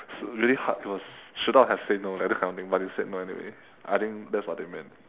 so really hard it was should not have said no like that kind of thing but you said no anyways I think that's what they meant